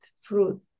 fruit